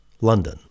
London